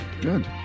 Good